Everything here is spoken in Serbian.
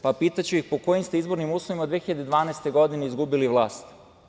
Pa, pitaću ih, po kojim ste izbornim uslovima 2012. godine izgubili vlast?